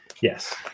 Yes